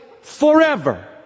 forever